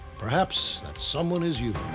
perhaps that someone is you.